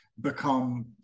become